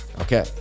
Okay